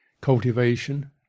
cultivation